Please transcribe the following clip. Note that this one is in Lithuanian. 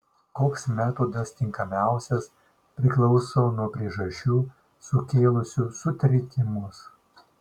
koks metodas tinkamiausias priklauso nuo priežasčių sukėlusių sutrikimus